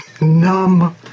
numb